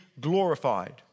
glorified